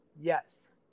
yes